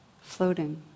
floating